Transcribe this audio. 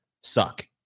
suck